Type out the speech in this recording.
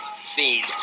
scene